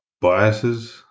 Biases